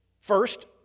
First